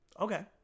Okay